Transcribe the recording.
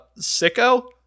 Sicko